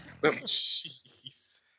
Jeez